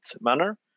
manner